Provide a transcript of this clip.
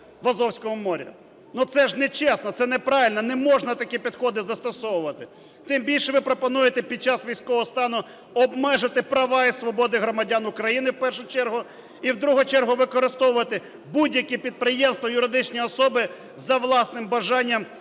в Азовському морі. Ну, це ж нечесно, це неправильно, не можна такі підходи застосовувати. Тим більше, ви пропонуєте під час військового стану обмежити права і свободи громадян України, в першу чергу, і, в другу чергу, використовувати будь-які підприємства юридичні особи за власним бажанням,